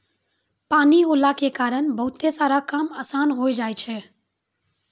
पानी होला के कारण बहुते सारा काम आसान होय जाय छै